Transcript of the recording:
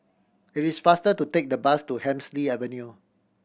it is faster to take the bus to Hemsley Avenue